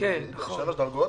שלוש דרגות.